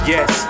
Yes